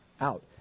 out